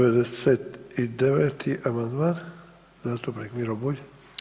99. amandman, zastupnik Miro Bulj.